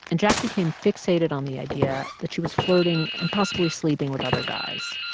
and jack became fixated on the idea that she was flirting and possibly sleeping with other guys.